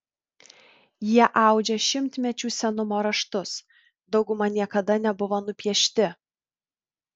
jie audžia šimtmečių senumo raštus dauguma niekada nebuvo nupiešti